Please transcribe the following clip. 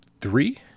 three